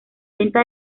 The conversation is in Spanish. venta